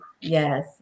Yes